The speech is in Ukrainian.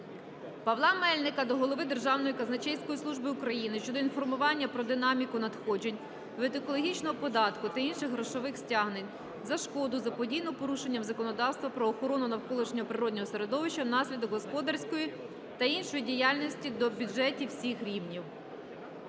Павла Мельника до Голови Державної казначейської служби України щодо інформування про динаміку надходжень від екологічного податку та інших грошових стягнень за шкоду, заподіяну порушенням законодавства про охорону навколишнього природного середовища внаслідок господарської та іншої діяльності, до бюджетів всіх рівнів.